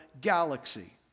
galaxy